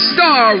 Star